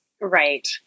Right